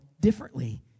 differently